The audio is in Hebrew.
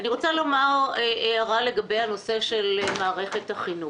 אני רוצה להעיר הערה לגבי הנושא של מערכת החינוך,